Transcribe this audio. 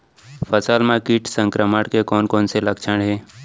फसल म किट संक्रमण के कोन कोन से लक्षण हे?